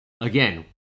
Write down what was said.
again